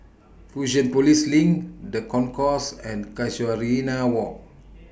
Fusionopolis LINK The Concourse and Casuarina Walk